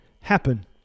happen